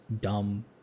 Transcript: dumb